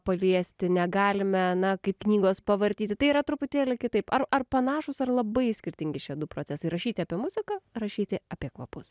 paliesti negalime na kaip knygos pavartyti tai yra truputėlį kitaip ar ar panašūs ar labai skirtingi šie du procesai rašyti apie muziką rašyti apie kvapus